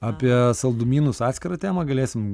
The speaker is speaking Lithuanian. apie saldumynus atskirą temą galėsim